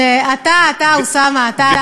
מי